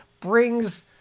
brings